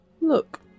look